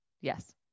Yes